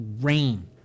rain